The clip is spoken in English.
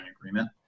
agreement